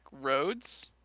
roads